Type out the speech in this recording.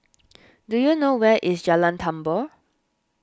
do you know where is Jalan Tambur